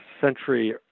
century